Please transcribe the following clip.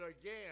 again